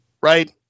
right